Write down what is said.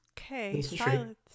okay